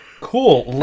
Cool